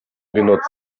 genutzt